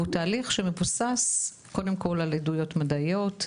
הוא תהליך שמבוסס קודם כל על עדויות מדעיות,